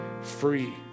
free